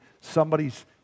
somebody's